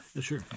Sure